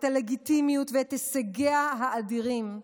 את הלגיטימיות ואת הישגיה האדירים,